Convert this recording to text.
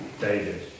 David